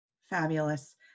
Fabulous